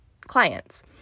clients